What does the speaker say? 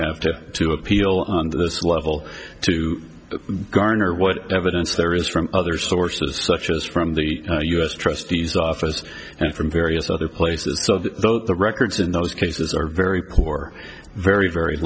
have to to appeal to this level to garner what evidence there is from other sources such as from the u s trustees office and from various other places so the records in those cases are very poor very very